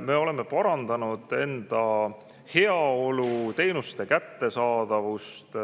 Me oleme parandanud enda heaolu, teenuste kättesaadavust,